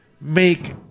make